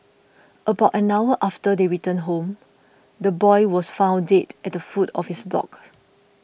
about an hour after they returned home the boy was found dead at the foot of his block